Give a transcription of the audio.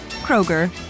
Kroger